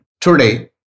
Today